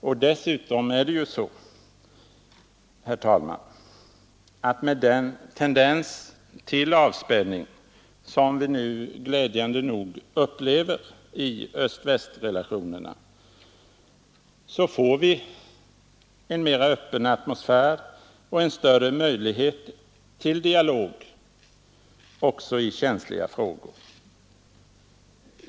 Och dessutom är det ju så, herr talman, att med den tendens till avspänning som vi nu glädjande nog upplever i öst-västrelationerna, får vi en mera öppen atmosfär och en större möjlighet till dialog också i känsliga frågor.